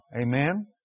Amen